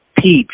Pete